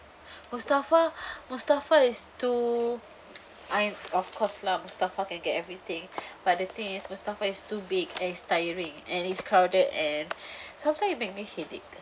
mustafa mustafa is too ah of course lah mustafa can get everything but the thing is mustafa is too big and it's tiring and it's crowded and sometime it make me headache